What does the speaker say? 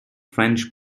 french